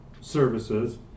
services